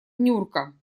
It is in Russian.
нюрка